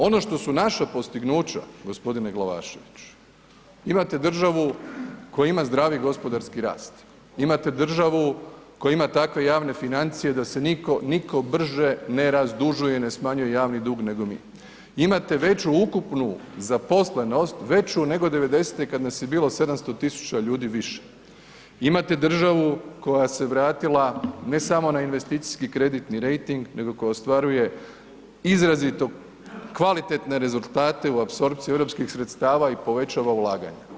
Ono što su naša postignuća, g. Glavašević, imate državu koja ima zdravi gospodarski rast, imate državu koja ima takve javne financije da se nitko brže ne razdužuje, ne smanjuje javni dug nego mi, imate veću ukupnu zaposlenost, veću nego '90-te kad nas je bilo 700 000 ljudi više, imate državu koja se vratila ne samo na investicijski kreditni rejting nego koja ostvaruje izrazito kvalitetne rezultate u apsorpciji europskih sredstava i povećava ulaganja.